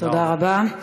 תודה רבה.